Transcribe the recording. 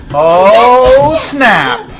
oh, snap.